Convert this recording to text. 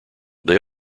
they